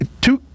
two